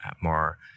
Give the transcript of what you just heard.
more